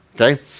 Okay